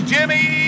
Jimmy